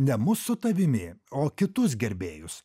ne mus su tavimi o kitus gerbėjus